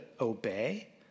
obey